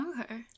Okay